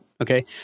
okay